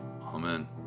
amen